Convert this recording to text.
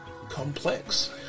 complex